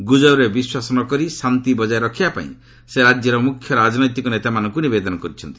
ଗୁଜବରେ ବିଶ୍ୱାସ ନ କରି ଶାନ୍ତି ବଜାୟ ରଖିବାପାଇଁ ସେ ରାଜ୍ୟର ମୁଖ୍ୟ ରାଜନୈତିକ ନେତାମାନଙ୍କୁ ନିବେଦନ କରିଛନ୍ତି